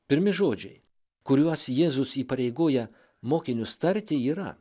pirmi žodžiai kuriuos jėzus įpareigoja mokinius tarti yra